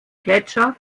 gletscher